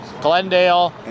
Glendale